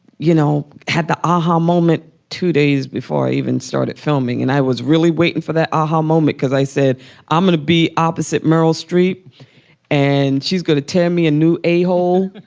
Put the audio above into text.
you know, had the aha moment two days before even started filming and i was really waiting for that aha moment because i said i'm going to be opposite meryl streep and she's going to tear me a new a-hole.